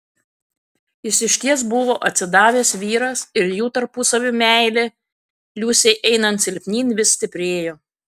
jis išties buvo atsidavęs vyras ir jų tarpusavio meilė liusei einant silpnyn vis stiprėjo